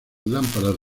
lámparas